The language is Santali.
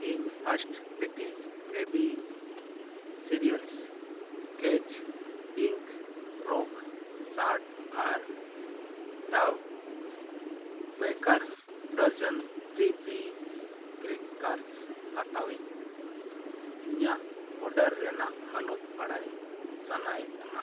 ᱤᱧ ᱯᱷᱟᱥᱴ ᱵᱟᱭᱤᱴᱥ ᱵᱮᱵᱤ ᱥᱮᱨᱤᱭᱟᱞᱥ ᱠᱮᱪ ᱯᱤᱝᱠ ᱨᱚᱠ ᱥᱚᱞᱴ ᱟᱨ the baker's dozen peri peri crackers ᱦᱟᱛᱟᱣᱤᱡᱽ ᱤᱧᱟᱹᱜ ᱚᱨᱰᱟᱨ ᱨᱮᱱᱟᱜ ᱦᱟᱞᱚᱛ ᱵᱟᱲᱟᱭ ᱥᱟᱱᱟᱭᱮ ᱠᱟᱱᱟ